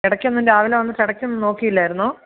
ഇടയ്ക്കൊന്നും രാവിലെ വന്നിട്ട് ഇടക്കൊന്നും നോക്കിയില്ലായിരുന്നോ